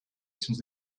since